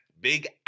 big